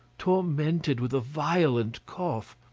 tormented with a violent cough,